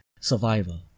survival